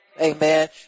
Amen